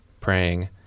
praying